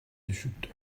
düşüktü